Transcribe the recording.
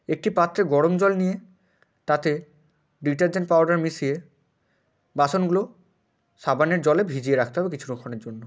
একটি পাত্রে গরম জল নিয়ে তাতে ডিটারজেন্ট পাউডার মিশিয়ে বাসনগুলো সাবানের জলে ভিজিয়ে রাখতে হবে কিছুক্ষণের জন্য